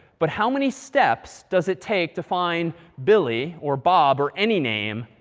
but how many steps does it take to find billy, or bob, or any name